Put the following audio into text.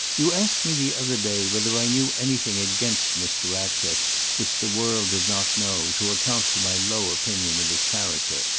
you asked me the other day whether i knew anything against mr. ratcliffe which the world did not know, to account for my low opinion of his character.